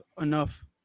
enough